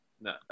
No